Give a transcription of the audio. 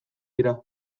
dira